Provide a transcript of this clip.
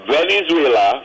Venezuela